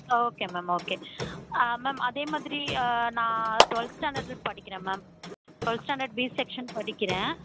okay ma'am okay ah ma'am அதே மாதிரி நான் ட்வெல்த் ஸ்டாண்டர்டில் படிக்கிறேன் ma'am twelfth standard B section படிக்கிறேன்